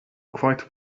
quite